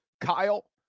Kyle